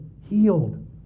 Healed